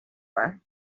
were